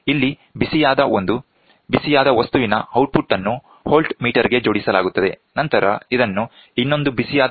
ಆದ್ದರಿಂದ ಇಲ್ಲಿ ಬಿಸಿಯಾದ ಒಂದು ಬಿಸಿಯಾದ ವಸ್ತುವಿನ ಔಟ್ಪುಟ್ ಅನ್ನು ವೋಲ್ಟ್ ಮೀಟರ್ ಗೆ ಜೋಡಿಸಲಾಗುತ್ತದೆ ನಂತರ ಇದನ್ನು ಇನ್ನೊಂದು ಬಿಸಿಯಾದ ಧಾತುವಿಗೆ ಜೋಡಿಸಲಾಗುತ್ತದೆ